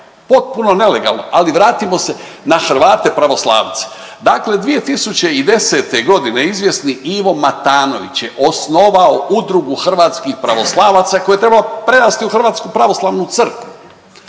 potpuno nelegalno, ali vratimo se na Hrvate pravoslavce. Dakle 2010. g. izvjesni Ivo Matanović je osnovao Udrugu hrvatskih pravoslavaca koja je trebala prerasti u hrvatsku pravoslavnu crkvu.